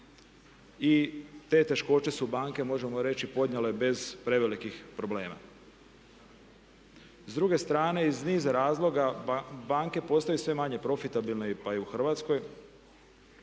I te teškoće su banke, možemo reći podnijele bez prevelikih problema. S druge strane iz niza razloga banke postaju sve manje profitabilne pa i u Hrvatskoj